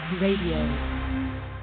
Radio